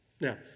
Now